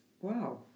Wow